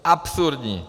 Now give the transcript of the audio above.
Absurdní!